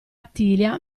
attilia